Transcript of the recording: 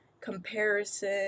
comparison